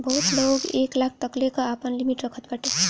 बहुते लोग एक लाख तकले कअ आपन लिमिट रखत बाटे